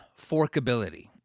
forkability